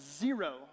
zero